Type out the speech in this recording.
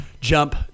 jump